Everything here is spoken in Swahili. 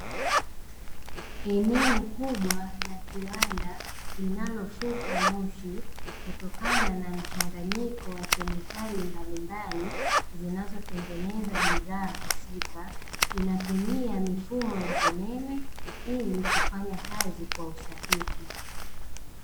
Eneo kubwa la kiwanda linalofuka moshi kutokana na mchanganyiko wa kemikali mbalimbali zinazo tengeneza bidhaa husika, inatumia mifumo ya umeme ili kufanyakazi kwa usahihi.